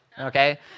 okay